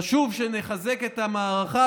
חשוב שנחזק את המערכה.